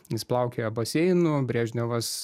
jis plaukioja baseinu brežnevas